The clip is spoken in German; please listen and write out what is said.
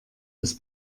das